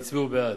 הם הצביעו בעד.